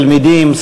תלמידים,